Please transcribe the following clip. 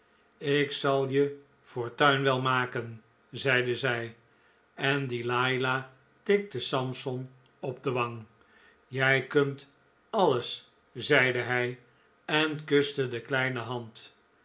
ik zal je fortuin wel maken zeide zij en delila tikte samson op de wang jij kunt alles zeide hij en kuste de kleine hand